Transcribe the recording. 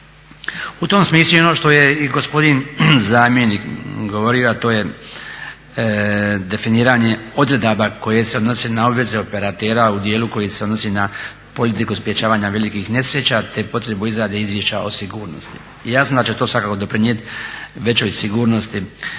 U tom smislu i ono što je gospodin zamjenik govorio a to je definiranje odredaba koje se odnose na obveze operatera u dijelu koji se odnosi na …/Govornik se ne razumije./… kod sprječavanja velikih nesreća te potrebu izrade izvješća o sigurnosti. Jasno da će to svakako doprinijeti većoj sigurnosti